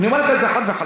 אני אומר לך את זה חד וחלק.